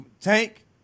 Tank